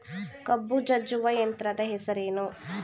ಕಬ್ಬು ಜಜ್ಜುವ ಯಂತ್ರದ ಹೆಸರೇನು?